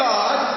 God